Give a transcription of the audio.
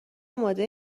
آماده